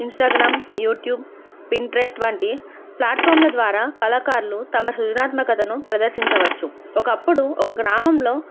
Instagram YouTube Pinterest వంటి ప్లాట్ఫామ్ల ద్వారా కళాకారులు తమ సృజనాత్మకతను ప్రదర్శించవచ్చు ఒకప్పుడు ఒక గ్రామంలో